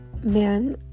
man